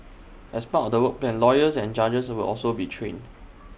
as part of the work plan lawyers and judges will also be trained